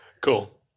Cool